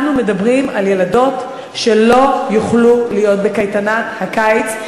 אנחנו מדברים על ילדות שלא יוכלו להיות בקייטנת הקיץ,